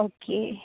okay